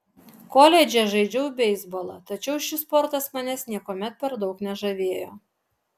koledže žaidžiau beisbolą tačiau šis sportas manęs niekuomet per daug nežavėjo